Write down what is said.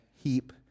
heap